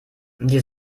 die